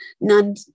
None